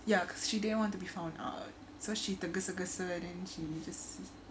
ya because she didn't want to be found out so she tergesa-gesa but the she just